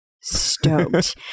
stoked